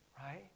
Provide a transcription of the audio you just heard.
right